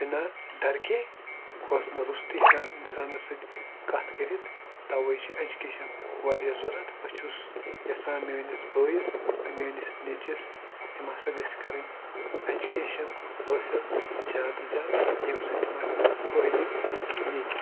بِنا ڈر کے کھوژنہٕ روستٕے ہٮ۪کان اِنسانَس سۭتۍ کَتھ کٔرِتھ تَوَے چھِ ایٚجوٗکیشَن واریاہ ضوٚرَتھ بہٕ چھُس یَژھان میٛٲنِس بٲیِس تہٕ میٛٲنِس نیٚچِوِس تِم ہَسا گژھِ کَرٕنۍ ایٚجوٗکیشَن حٲصِل زیادٕ زیادٕ ییٚمہِ سۭتۍ تِمَن فٲیدٕ مِلہِ